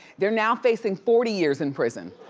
they're now facing forty years in prison.